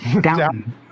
Downton